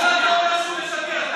למה אתה אומר שהוא משקר?